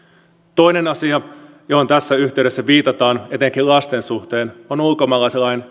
toinen asia johon tässä yhteydessä viitataan etenkin lasten suhteen on ulkomaalaislain